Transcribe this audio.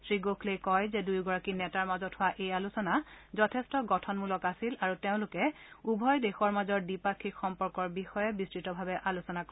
শ্ৰীগোখলে কয় যে দুয়োগৰাকী নেতাৰ মাজত হোৱা এই আলোচনা যথেষ্ট গঠনমূলক আছিল আৰু তেওঁলোকে উভয় দেশৰ মাজৰ দ্বিপাক্ষিক সম্পৰ্কৰ বিষয়ে বিস্তৃতভাৱে আলোচনা কৰে